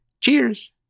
Cheers